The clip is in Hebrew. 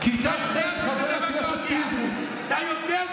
כיתה ח', חבר הכנסת פינדרוס, רגע,